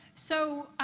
so,